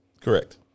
Correct